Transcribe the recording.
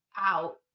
out